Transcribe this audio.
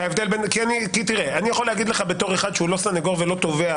אני יכול להגיד לך בתור אחד שהוא לא סניגור ולא תובע,